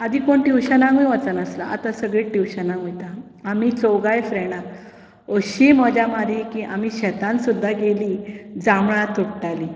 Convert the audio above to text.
आदी कोण ट्यूशनाकूय वचनासलो आतां सगळींच ट्यूशनाक वतात आमी चौगांय फ्रेंडां अशीं मजा मारी की आमी शेतांत सुद्दां गेलीं जांबळां तोडटालीं